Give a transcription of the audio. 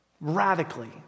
Radically